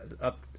up